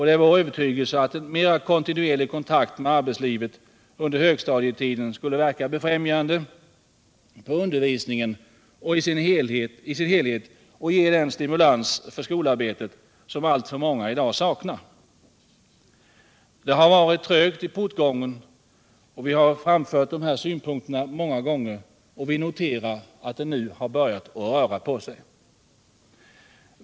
Det är vår övertygelse att en mera kontinuerlig kontakt med arbetslivet under högstadietiden skulle verka befrämjande på undervisningen i dess helhet och ge den stimulans för skolarbetet som alltför många i dag saknar. Det har varit trögt i portgången, och vi har framfört dessa synpunkter många gånger. Vi noterar att det nu har börjat röra på sig.